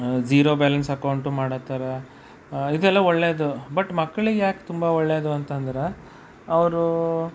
zero balance account ಮಾಡೋ ಥರ ಇದೆಲ್ಲ ಒಳ್ಳೆಯದು ಬಟ್ ಮಕ್ಕಳಿಗೆ ಯಾಕೆ ತುಂಬ ಒಳ್ಳೆಯದು ಅಂತಂದ್ರೆ ಅವರು